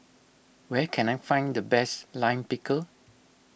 where can I find the best Lime Pickle